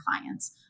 clients